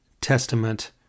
Testament